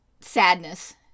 sadness